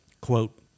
Quote